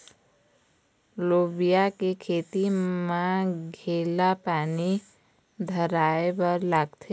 लोबिया के खेती म केघा पानी धराएबर लागथे?